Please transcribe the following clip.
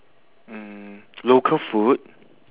mm local food